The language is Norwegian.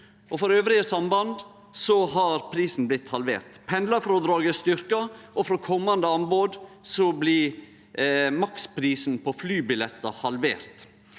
For andre sam band har prisen blitt halvert. Pendlarfrådraget er styrkt, og frå komande anbod blir maksprisen på flybillettar halvert.